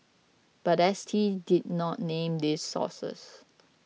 but S T did not name these sources